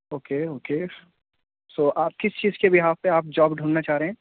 okay okay so آپ کس چیز کے بیہاف پہ آپ جوب ڈھونڈنا چاہ رہے ہیں